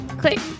click